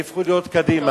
והפכו להיות קדימה.